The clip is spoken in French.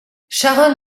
sharon